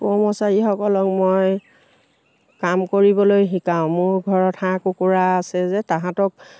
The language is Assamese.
কৰ্মচাৰীসকলক মই কাম কৰিবলৈ শিকাওঁ মোৰ ঘৰত হাঁহ কুকুৰা আছে যে তাহাঁতক